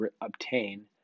obtain